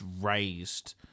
raised